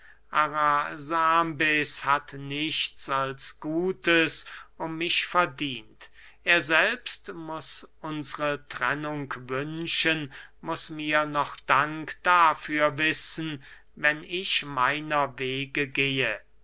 arasambes hat nichts als gutes um mich verdient er selbst muß unsre trennung wünschen muß mir noch dank dafür wissen wenn ich meiner wege gehe